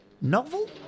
novel